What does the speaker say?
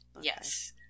Yes